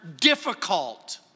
difficult